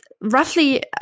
roughly